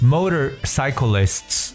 Motorcyclists